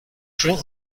drink